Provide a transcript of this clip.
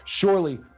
Surely